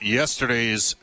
yesterday's